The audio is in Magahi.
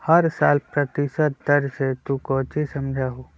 हर साल प्रतिशत दर से तू कौचि समझा हूँ